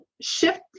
shift